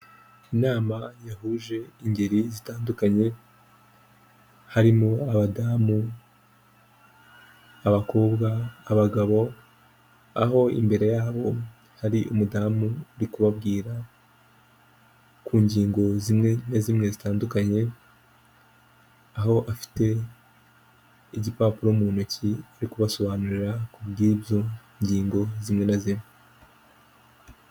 Imodoka yo mu bwoko bwa dayihatsu yifashishwa mu gutwara imizigo ifite ibara ry'ubururu ndetse n'igisanduku cy'ibyuma iparitse iruhande rw'umuhanda, aho itegereje gushyirwamo imizigo. Izi modoka zikaba zifashishwa mu kworoshya serivisi z'ubwikorezi hirya no hino mu gihugu. Aho zifashishwa mu kugeza ibintu mu bice bitandukanye by'igihugu.